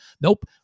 Nope